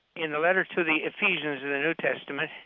in the letter to the ephesians in the new testament,